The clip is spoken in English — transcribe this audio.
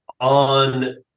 on